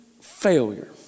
failure